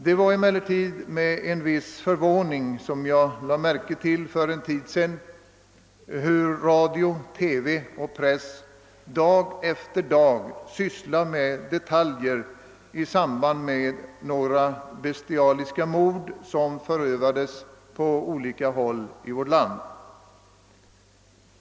Jag lade emellertid med en viss förvåning för en tid sedan märke till hur radio, TV och press dag efter dag sysslade med detaljer i samband med några bestialiska mord, som förövats på olika håll i vårt land.